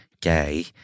gay